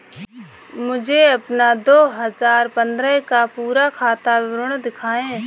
मुझे अपना दो हजार पन्द्रह का पूरा खाता विवरण दिखाएँ?